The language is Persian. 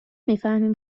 میفهمیم